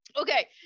Okay